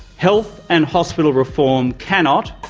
health and hospital reform cannot,